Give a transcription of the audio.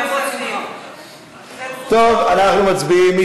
אנחנו מצביעים.